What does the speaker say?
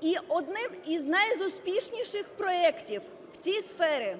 І одним із найуспішніших проектів в цій сфері